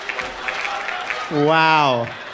Wow